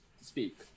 speak